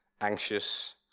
anxious